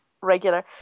regular